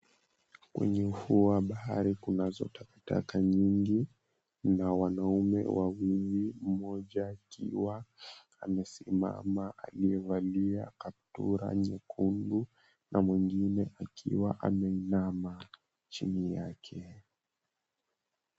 Huu ni ufuo wa bahari, kunazo takataka nyingi na wanaume wawili, mmoja akiwa amesimama aliyevalia kaptura nyekundu na mwengine akiwa ameinama chini yake.